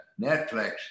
Netflix